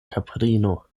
kaprino